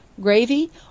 gravy